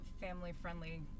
family-friendly